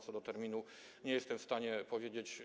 Co do terminu nie jestem w stanie powiedzieć.